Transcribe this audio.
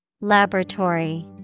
Laboratory